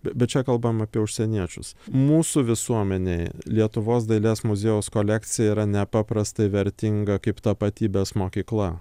bet čia kalbam apie užsieniečius mūsų visuomenei lietuvos dailės muziejaus kolekcija yra nepaprastai vertinga kaip tapatybės mokykla